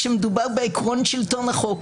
כשמדובר בעקרון שלטון החוק,